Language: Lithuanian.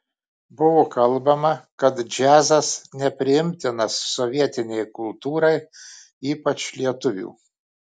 buvo kalbama kad džiazas nepriimtinas sovietinei kultūrai ypač lietuvių